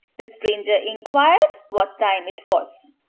the stranger enquired what time it was.